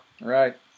Right